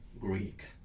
Greek